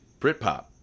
Britpop